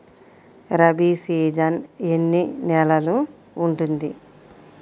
Rabi season ఎన్ని నెలలు ఉంటుంది?